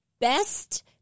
best